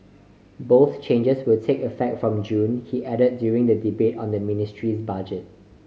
both changes will take effect from June he added during the debate on the ministry's budget